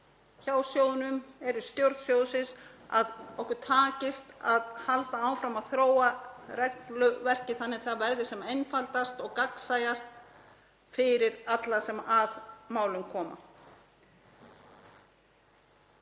hjá sjóðnum, eru í stjórn sjóðsins, að okkur takist að halda áfram að þróa regluverkið þannig að það verði sem einfaldast og gagnsæjast fyrir alla sem að málum koma.